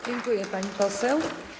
Dziękuję, pani poseł.